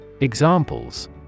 Examples